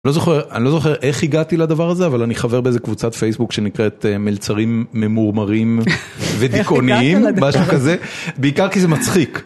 אני לא זוכר איך הגעתי לדבר הזה אבל אני חבר באיזה קבוצת פייסבוק שנקראת מלצרים ממורמרים ודיכאוניים, איך הגעת לזה?.. משהו כזה... בעיקר כי זה מצחיק.